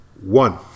One